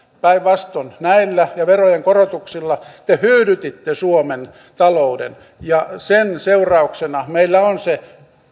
päinvastoin näillä ja verojen korotuksilla te hyydytitte suomen talouden sen seurauksena meillä on se